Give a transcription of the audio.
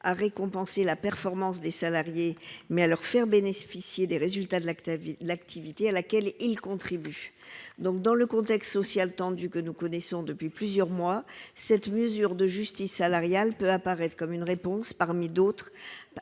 à récompenser la performance des salariés, mais à leur faire bénéficier des résultats de l'activité à laquelle ils contribuent. Dans le contexte social tendu que nous connaissons depuis plusieurs mois, cette mesure de justice salariale peut apparaître comme une réponse, parmi d'autres,